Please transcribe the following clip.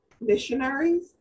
missionaries